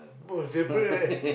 must separate right